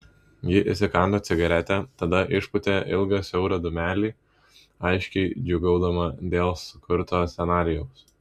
ji įsikando cigaretę tada išpūtė ilgą siaurą dūmelį aiškiai džiūgaudama dėl sukurto scenarijaus